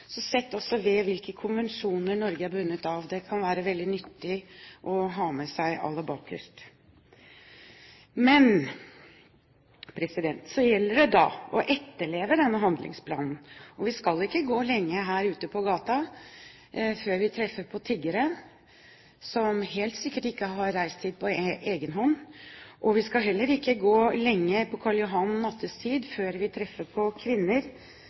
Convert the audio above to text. også med hvilke konvensjoner Norge er bundet av. Det kan det være veldig nyttig å ha med seg aller bakerst. Men så gjelder det da å etterleve denne handlingsplanen. Vi skal ikke gå lenge her ute på gaten før vi treffer på tiggere som helt sikkert ikke har reist hit på egen hånd, og vi skal heller ikke gå lenge på Karl Johan nattetid før vi treffer på kvinner